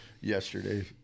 yesterday